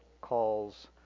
calls